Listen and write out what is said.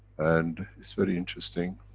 and it's very interesting,